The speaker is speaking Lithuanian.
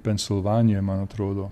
pensilvanijoj man atrodo